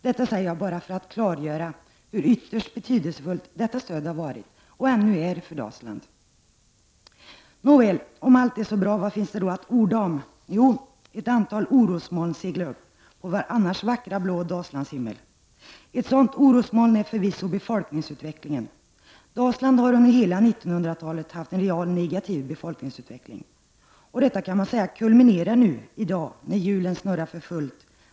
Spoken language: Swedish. Det säger jag bara för att klargöra hur ytterst betydelsfullt detta stöd har varit och ännu är för Dalsland. Nåväl, om allt är så bra, vad finns då att orda om? Jo, ett antal orosmoln seglar upp på vår annars vackra blåa Dalslandshimmel. Ett sådant orosmoln är förvisso befolkningsutvecklingen. Dalsland har under hela 1900-talet haft en negativ befolkningsutveckling. Detta kulminerar i dag när hjulen snurrar för fullt.